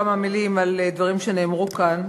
כמה מילים על דברים שנאמרו כאן.